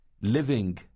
living